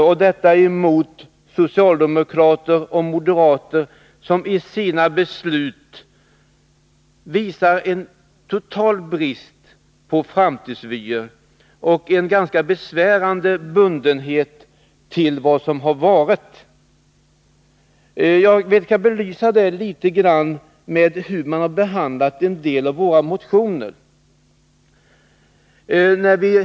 Här står vi emot socialdemokrater och moderater, som i sina beslut visar en total brist på framtidsvyer och en ganska besvärande bundenhet till vad som har varit. Jag kan belysa detta med exempel på hur en del av våra motioner har behandlats.